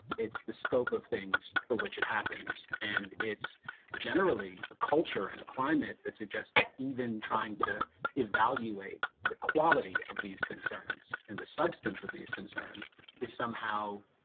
it's the scope of things for which it happens and it's generally a culture and a climate that suggests that even trying to evaluate the quality of these concerns and the substance of these concerns is somehow